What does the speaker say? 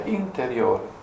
interiore